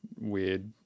weird